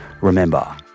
remember